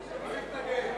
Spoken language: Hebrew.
אני לא מתנגד.